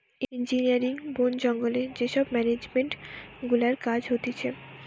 engineering, বোন জঙ্গলে যে সব মেনেজমেন্ট গুলার কাজ হতিছে